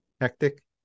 hectic